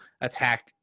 attack